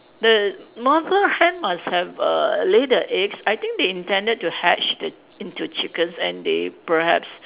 the mother hen must have err lay the eggs I think they intended to hatch the into chickens and they perhaps